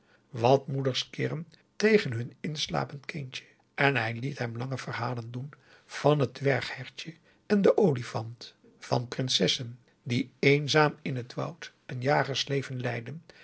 wat moeders kirren tegen hun inslapend kindje en hij liet hem lange verhalen doen van het dwerghertje en den olifant van prinsessen die eenzaam in het woud een jagers leven leiden